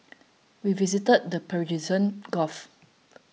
we visited the Persian Gulf